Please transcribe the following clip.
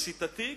לשיטתי,